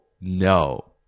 no